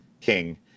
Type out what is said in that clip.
king